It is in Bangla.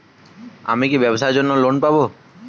আমি কি ব্যবসার জন্য লোন পাব?